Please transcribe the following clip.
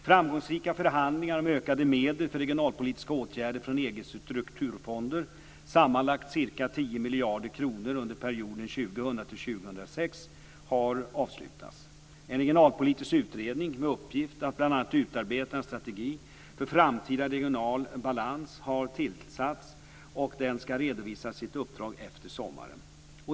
Framgångsrika förhandlingar om ökade medel för regionalpolitiska åtgärder från EG:s strukturfonder, sammanlagt ca 10 miljarder kronor under perioden En regionalpolitisk utredning, med uppgift att bl.a. utarbeta en strategi för framtida regional balans, har tillsatts, och den ska redovisa sitt uppdrag efter sommaren.